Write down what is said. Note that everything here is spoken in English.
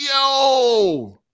yo